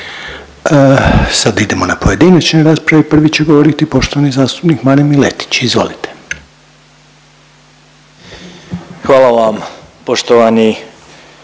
Sad idemo na pojedinačne rasprave i prvi će govoriti poštovani zastupnik Marin Miletić, izvolite. **Miletić, Marin